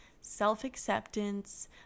Self-acceptance